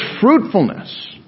fruitfulness